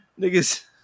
niggas